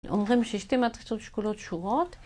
אומרים שיש שתי מטריצות שקולות שורות